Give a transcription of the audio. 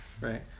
Right